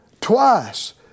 twice